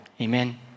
Amen